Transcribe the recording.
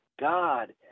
god